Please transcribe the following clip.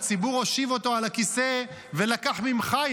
הציבור הושיב אותו על הכיסא ולקח ממך,